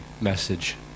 message